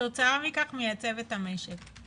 וכתוצאה מכך מייצב את המשק.